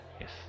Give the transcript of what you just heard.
Yes